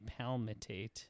palmitate